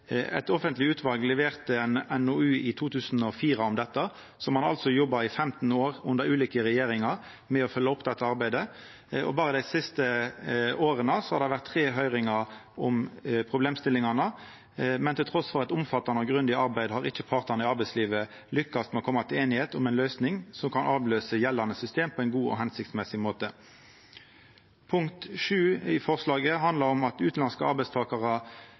2004 om dette, så ein har altså jobba i 15 år under ulike regjeringar med å følgja opp dette arbeidet. Berre dei siste åra har det vore tre høyringar om problemstillingane, men trass i eit omfattande og grundig arbeid har ikkje partane i arbeidslivet lykkast med å koma til einigheit om ei løysing som kan avløysa gjeldande system på ein god og hensiktsmessig måte. Punkt 7 i representantforslaget handlar om at utanlandske arbeidstakarar